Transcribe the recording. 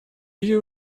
you